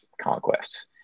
conquests